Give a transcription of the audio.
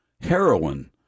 heroin